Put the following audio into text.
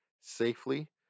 safely